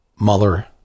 Mueller